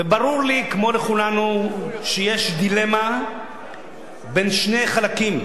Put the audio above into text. וברור לי, כמו לכולנו, שיש דילמה בין שני חלקים,